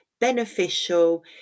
Beneficial